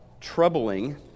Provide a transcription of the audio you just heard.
troubling